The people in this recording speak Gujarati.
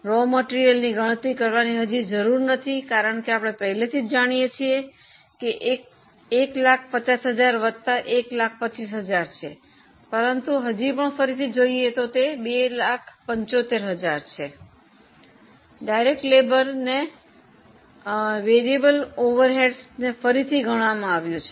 કાચા માલની ગણતરી કરવાની જરૂર નથી કારણ કે આપણે પહેલેથી જ જાણીએ છીએ કે તે 150000 વત્તા 125000 છે પરંતુ હજી પણ ફરીથી જોઈએ તો તે 275000 છે પ્રત્યક્ષ મજૂરી અને ચલિત પરોક્ષને ફરીથી ગણવામાં આવ્યું છે